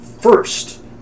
First